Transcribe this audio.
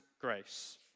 grace